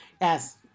yes